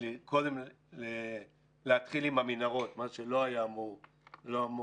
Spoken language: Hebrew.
קודם להתחיל עם המנהרות, מה שלא היה אמור להיות.